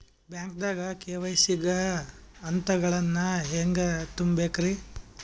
ಬ್ಯಾಂಕ್ದಾಗ ಕೆ.ವೈ.ಸಿ ಗ ಹಂತಗಳನ್ನ ಹೆಂಗ್ ತುಂಬೇಕ್ರಿ?